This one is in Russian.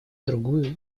другую